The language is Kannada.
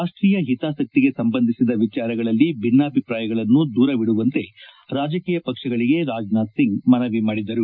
ರಾಷ್ಟೀಯ ಪಿತಾಸಕ್ತಿಗೆ ಸಂಬಂಧಿಸಿದ ವಿಚಾರಗಳಲ್ಲಿ ಐನ್ನಾಭಿಪ್ರಾಯಗಳನ್ನು ದೂರವಿಡುವಂತೆ ರಾಜಕೀಯ ಪಕ್ಷಗಳಿಗೆ ರಾಜನಾಥ್ ಸಿಂಗ್ ಮನವಿ ಮಾಡಿದರು